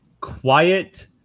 quiet